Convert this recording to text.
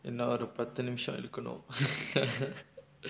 இன்னொரு பத்து நிமிஷோ இருக்கனும்:innoru paththu nimisho irukkanum